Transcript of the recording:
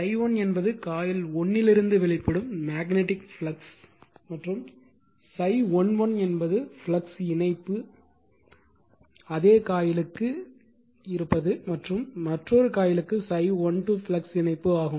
∅1 என்பது காயில் 1 இருந்து வெளிப்படும் மேக்னட்டிக் ஃப்ளக்ஸ் மற்றும் ∅11 என்பது ஃப்ளக்ஸ் இணைப்பு அதே காயிலுக்கு மற்றும் மற்றோரு காயிலுக்கு ∅12 ஃப்ளக்ஸ் இணைப்பு ஆகும்